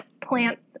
plants